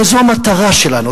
הרי זו המטרה שלנו,